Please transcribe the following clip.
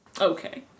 okay